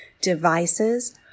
devices